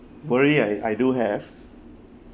worry I I do hav